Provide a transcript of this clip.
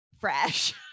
fresh